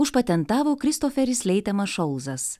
užpatentavo kristoferis leitemas šolzas